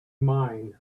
mind